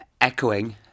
echoing